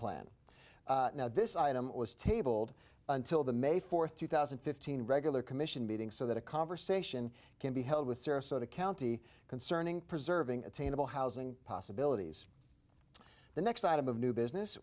plan now this item was tabled until the may fourth two thousand and fifteen regular commission meeting so that a conversation can be held with sarasota county concerning preserving attainable housing possibilities the next item of new business